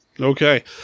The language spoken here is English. Okay